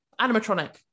Animatronic